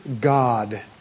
God